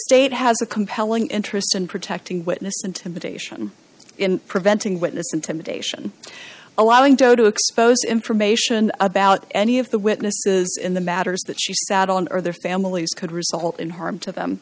state has a compelling interest in protecting witness intimidation and preventing witness intimidation allowing doe to expose information about any of the witnesses in the matters that she sat on or their families could result in harm to them